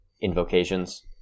Invocations